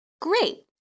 Great